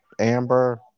Amber